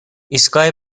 ایستگاه